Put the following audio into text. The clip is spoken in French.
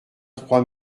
trois